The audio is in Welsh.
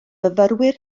fyfyriwr